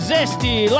Zesty